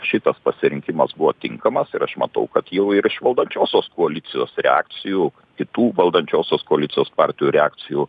šitas pasirinkimas buvo tinkamas ir aš matau kad jau ir iš valdančiosios koalicijos reakcijų kitų valdančiosios koalicijos partijų reakcijų